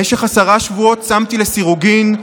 במשך עשרה שבועות צמתי לסירוגין.